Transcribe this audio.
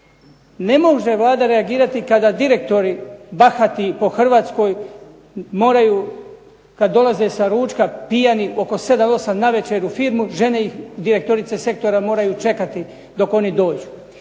Ne može Vlada reagirati kada direktori bahati po Hrvatskoj moraju kada dolaze sa ručka pijani oko 7, 8 navečer u firmu, žene ih direktorice sektora moraju čekati dok oni dođu.